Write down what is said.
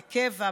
בקבע,